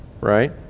right